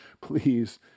Please